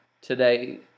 today